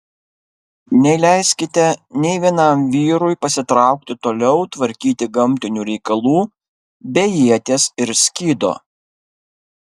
neleiskite nė vienam vyrui pasitraukti toliau tvarkyti gamtinių reikalų be ieties ir skydo